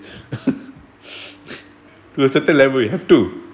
to a certain level you have to